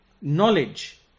knowledge